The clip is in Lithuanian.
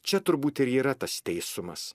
čia turbūt ir yra tas teisumas